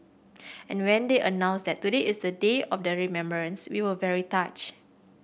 and when they announced that today is the day of the remembrance we were very touched